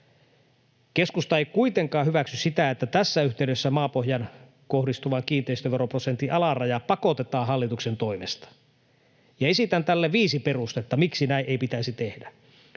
Keskusta ei kuitenkaan hyväksy sitä, että tässä yhteydessä maapohjaan kohdistuva kiinteistöveroprosentin alaraja pakotetaan hallituksen toimesta. Ja esitän tälle viisi perustetta, miksi näin ei pitäisi tehdä.